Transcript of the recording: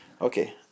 Okay